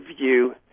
view